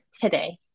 today